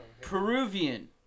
Peruvian